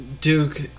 Duke –